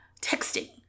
texting